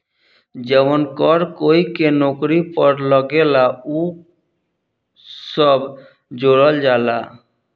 जवन कर कोई के नौकरी पर लागेला उ सब जोड़ल जाला